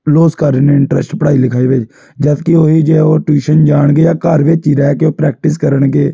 loss ਕਰ ਰਹੇ ਨੇ ਇੰਟਰਸਟ ਪੜ੍ਹਾਈ ਲਿਖਾਈ ਵਿੱਚ ਜਦੋਂ ਕਿ ਉਹ ਇਹੀ ਜੇ ਉਹ ਟਿਊਸ਼ਨ ਜਾਣਗੇ ਜਾਂ ਘਰ ਵਿੱਚ ਹੀ ਰਹਿ ਕੇ ਉਹ ਪ੍ਰੈਕਟਿਸ ਕਰਨਗੇ